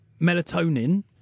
melatonin